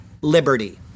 liberty